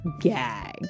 gag